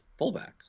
fullbacks